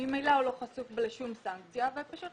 ממילא הוא לא חשוף לשום סנקציה ופשוט